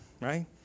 right